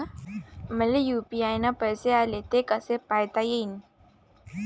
मले यू.पी.आय न पैसे आले, ते कसे पायता येईन?